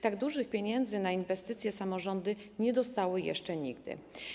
Tak dużych pieniędzy na inwestycje samorządy nie dostały jeszcze nigdy.